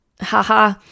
haha